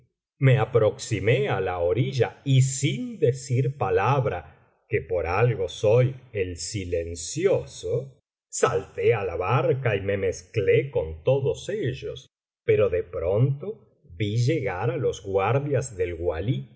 me aproximé á la orilla y sin decir palabra que por algo soy el silencioso salté á la barca y me mezcló con todos ellos pero de pronto vi llegar á los guardias del walí